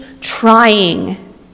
trying